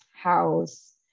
house